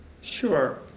Sure